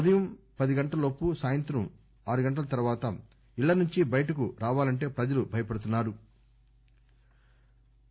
ఉదయం పది గంటలలోపు సాయంత్రం ఆరు గంటల తరువాత ఇళ్ల నుంచి బయటకు రావాలంటే ప్రజలు భయపడుతున్నా రు